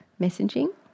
messaging